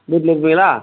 வீட்டில் இருப்பிங்களா